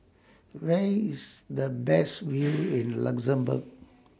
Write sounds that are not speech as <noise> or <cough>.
Where IS The Best <noise> View in Luxembourg